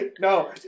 No